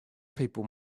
people